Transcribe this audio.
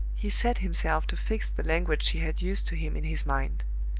he set himself to fix the language she had used to him in his mind.